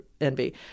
envy